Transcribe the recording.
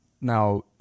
now